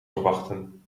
verwachten